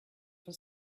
for